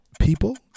People